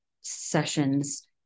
sessions